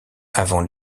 avant